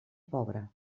pobra